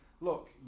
look